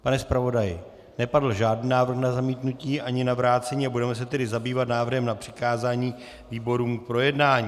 Pane zpravodaji, nepadl žádný návrh na zamítnutí ani na vrácení, a budeme se tedy zabývat návrhem na přikázání výborům k projednání.